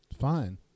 Fine